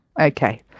Okay